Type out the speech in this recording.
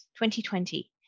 2020